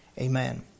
amen